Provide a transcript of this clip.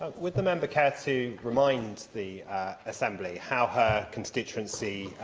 would the member care to remind the assembly how her constituency